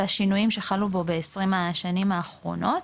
והשינויים שחלו בו ב-20 השנים האחרונות,